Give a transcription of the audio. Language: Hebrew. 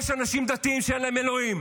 יש אנשים דתיים שאין להם אלוהים.